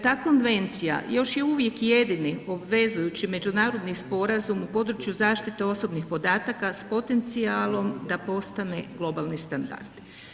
Ta konvencija još je uvijek jedini obvezujući međunarodni sporazum u području zaštite osobnih podataka s potencijalom da postane globalni standard.